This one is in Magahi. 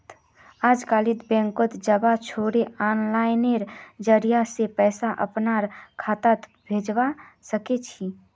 अजकालित बैंकत जबा छोरे आनलाइनेर जरिय स पैसा अपनार खातात भेजवा सके छी